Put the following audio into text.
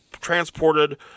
transported